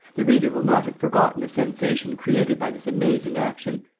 the reader will not have forgotten the sensation created by this amazing action,